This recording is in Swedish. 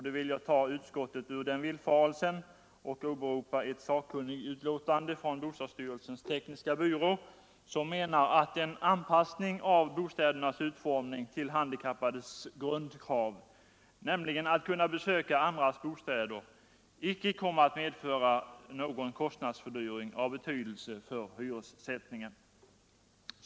Då vill jag ta utskottet ur den villfarelsen och åberopa ett sakkunnigutlåtande från bostadsstyrelsens tekniska byrå, som menar att en anpassning av bostädernas utformning till handikappades grundkrav, nämligen att kunna besöka andras bostäder, icke kommer att medföra någon kostnadsfördyring av betydelse för hyressättningen.